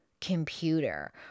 computer